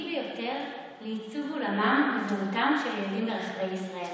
ביותר לעיצוב עולמם וזהותם של ילדים ברחבי ישראל,